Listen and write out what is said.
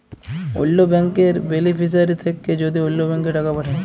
অল্য ব্যাংকের বেলিফিশিয়ারি থ্যাকে যদি অল্য ব্যাংকে টাকা পাঠায়